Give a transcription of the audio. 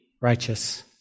righteous